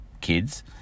kids